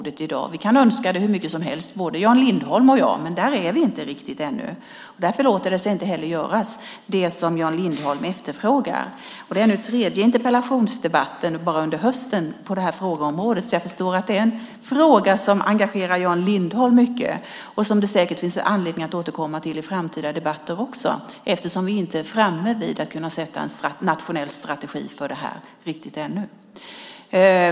Både Jan Lindholm och jag kan önska det hur mycket som helst, men där är vi inte riktigt ännu. Det som Jan Lindholm efterfrågar låter sig därför inte göras. Det är nu tredje interpellationsdebatten på det här frågeområdet bara under hösten, så jag förstår att detta är en fråga som mycket engagerar Jan Lindholm - en fråga som det säkert finns anledning att återkomma till också i framtida debatter eftersom vi ännu inte riktigt är framme vid att kunna lägga fram en nationell strategi för det här.